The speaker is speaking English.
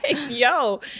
Yo